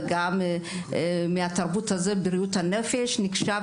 וגם התרבות הזאת בבריאות הנפש נחשב